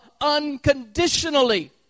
unconditionally